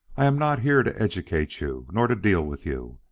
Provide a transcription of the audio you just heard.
i am not here to educate you, nor to deal with you.